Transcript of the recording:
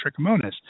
trichomonas